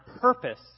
purpose